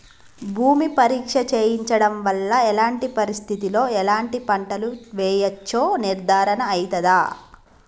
భూమి పరీక్ష చేయించడం వల్ల ఎలాంటి పరిస్థితిలో ఎలాంటి పంటలు వేయచ్చో నిర్ధారణ అయితదా?